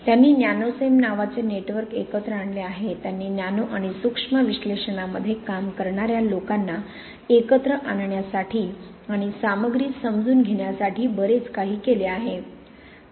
त्यांनी नॅनोसेम नावाचे नेटवर्क एकत्र आणले आहे त्यांनी नॅनो आणि सूक्ष्म विश्लेषणामध्ये काम करणार्या लोकांना एकत्र आणण्यासाठी आणि सामग्री समजून घेण्यासाठी बरेच काही केले आहे